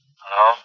hello